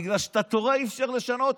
בגלל שאת התורה אי-אפשר לשנות.